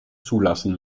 zulassen